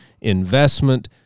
investment